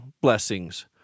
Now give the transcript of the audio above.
blessings